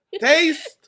taste